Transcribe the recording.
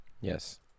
Yes